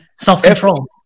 self-control